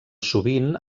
sovint